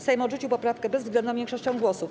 Sejm odrzucił poprawkę bezwzględną większością głosów.